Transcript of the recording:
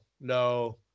no